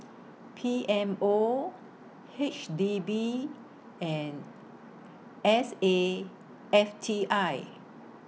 P M O H D B and S A F T I